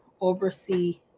oversee